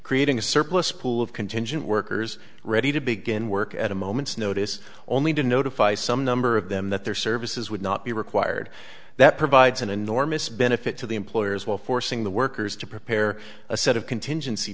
creating a surplus pool of contingent workers ready to begin work at a moment's notice only to notify some number of them that their services would not be required that provides an enormous benefit to the employers while forcing the workers to prepare a set of contingency